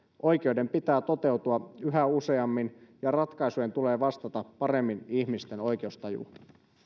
oikeuden pitää toteutua yhä useammin ja ratkaisujen tulee vastata paremmin ihmisten oikeustajua